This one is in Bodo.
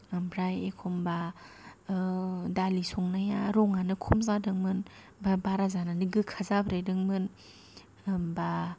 ओमफ्राय एखम्बा दालि संनाया रंआनो खम जादोंमोन बा बारा जानानै गोखा जाब्रेदोंमोन होमबा